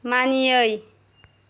मानियै